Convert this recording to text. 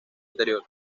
exterior